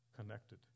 connected